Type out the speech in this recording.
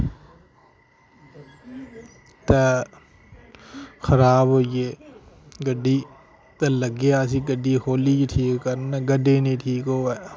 ते खराब होइये गड्डी ते लग्गे अस गड्डी खो'ल्ली ठीक करन गड्डी नेईं ठीक होवै